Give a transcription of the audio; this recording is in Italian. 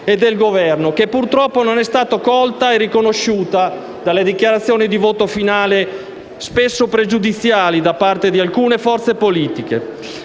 e del Governo, che purtroppo non è stata colta, né riconosciuta dalle dichiarazioni di voto finale, spesso pregiudiziali, da parte di alcune forze politiche.